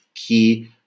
key